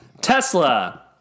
Tesla